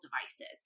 devices